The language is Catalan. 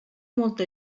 molta